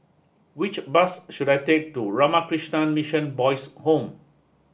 which bus should I take to Ramakrishna Mission Boys' home